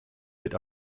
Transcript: wird